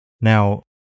Now